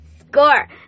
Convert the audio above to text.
Score